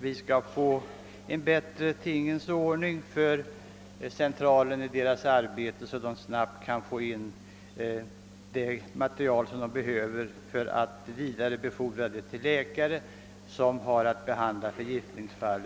vi skall få en bättre tingens ordning för arbetet i centralen, så att man där snabbt kan få in det material man behöver och vidarebefordra uppgifterna till läkare som har att behandla förgiftningsfall.